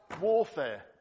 warfare